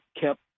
kept